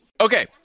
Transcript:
Okay